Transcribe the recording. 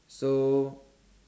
so